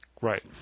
right